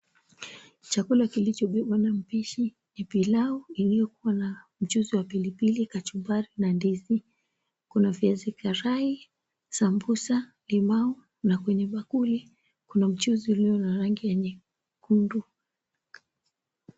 Chakula kilichobebwa na mpishi, ni pilau iliyokuwa na mchuzi wa pilipili, kachumbari, na ndizi. Kuna viazi karai, sambusa, limau. Na kwenye bakuli, kuna mchuzi ulio na rangi ya nyekundu.